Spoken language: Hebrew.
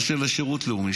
מה שלשירות לאומי,